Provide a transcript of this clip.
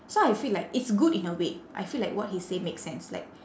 so I feel like it's good in a way I feel like what he say makes sense like